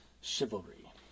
chivalry